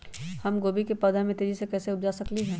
हम गोभी के पौधा तेजी से कैसे उपजा सकली ह?